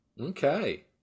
Okay